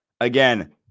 Again